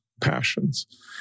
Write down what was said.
passions